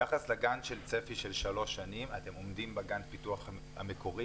ביחס לגאנט של צפי של שלוש שנים אתם עומדים בגאנט הפיתוח המקורי?